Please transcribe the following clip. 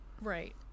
Right